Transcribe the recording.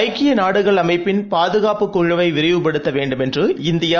ஐக்கிய நாடுகள் அமைப்பின் பாதுகாப்பு குழுவை விரிவுப்படுத்த வேண்டும் என்று இந்தியா